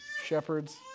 shepherds